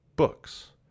Books